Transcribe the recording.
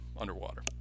underwater